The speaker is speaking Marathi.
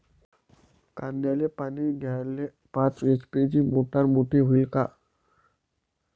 कांद्याले पानी द्याले पाच एच.पी ची मोटार मोटी व्हईन का?